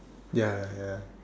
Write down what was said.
ya ya